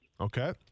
Okay